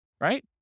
right